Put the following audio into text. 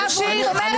שנפתחות.